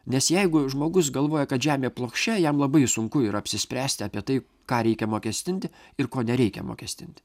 nes jeigu žmogus galvoja kad žemė plokščia jam labai sunku yra apsispręsti apie tai ką reikia mokestinti ir ko nereikia mokestinti